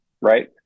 right